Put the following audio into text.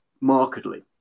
markedly